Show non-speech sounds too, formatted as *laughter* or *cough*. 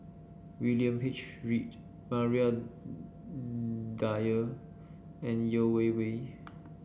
William H Read Maria *unintelligible* Dyer and Yeo Wei Wei